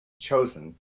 chosen